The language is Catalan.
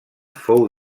fou